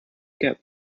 get